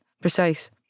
precise